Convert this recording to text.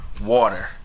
water